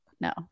no